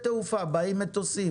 כשבאים מטוסים.